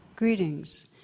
Greetings